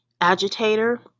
agitator